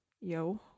Yo